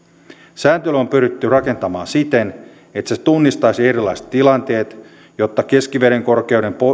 sääntely on pyritty rakentamaan siten että se tunnistaisi erilaiset tilanteet jotta keskivedenkorkeuden